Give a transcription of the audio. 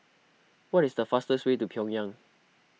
what is the fastest way to Pyongyang